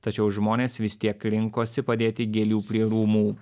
tačiau žmonės vis tiek rinkosi padėti gėlių prie rūmų